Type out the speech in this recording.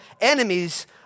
enemies